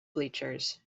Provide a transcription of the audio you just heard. bleachers